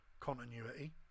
continuity